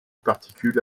particule